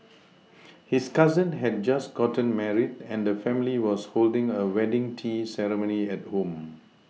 his cousin had just gotten married and the family was holding a wedding tea ceremony at home